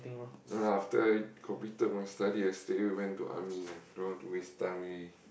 no lah after completed my studies I straight away went to army lah don't want to waste time already